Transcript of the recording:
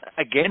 again